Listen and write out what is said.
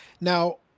Now